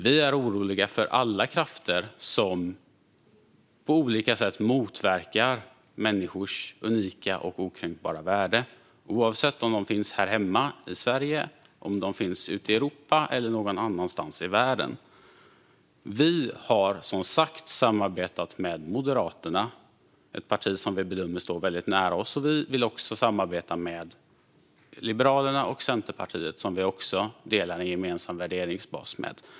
Vi är oroliga för alla krafter som på olika sätt motverkar människors unika och okränkbara värde, oavsett om de finns här hemma i Sverige, om de finns i andra delar av Europa eller om de finns någon annanstans i världen. Vi har, som sagt, samarbetat med Moderaterna. Vi bedömer att det är ett parti som står väldigt nära oss. Vi vill även samarbeta med Liberalerna och Centerpartiet, som vi också har en gemensam värderingsbas med.